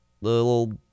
little